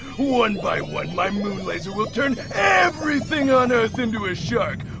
one by one, my moon laser will turn everything on earth into a shark.